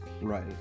Right